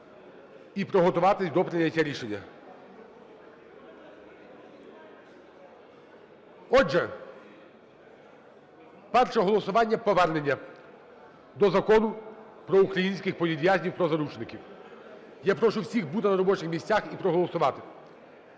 і приготуватися до прийняття рішення. Отже, перше голосування: повернення до Закону про українських політв'язнів, про заручників. Я прошу всіх бути на робочих місцях і проголосувати.